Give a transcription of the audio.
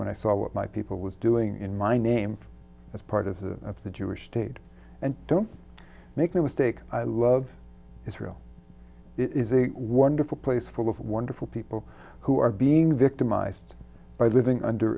when i saw what my people was doing in my name as part of the of the jewish state and don't make no mistake i love israel is a wonderful place full of wonderful people who are being victimized by living under